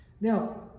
Now